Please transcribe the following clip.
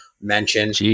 mentioned